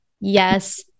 yes